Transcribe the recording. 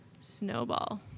snowball